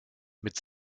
mit